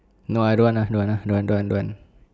no I don't want lah don't want don't want don't want don't want